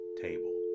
table